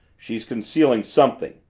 she's concealing something!